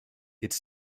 its